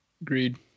Agreed